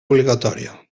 obligatòria